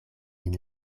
nin